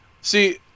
see